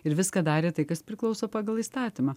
ir viską darė tai kas priklauso pagal įstatymą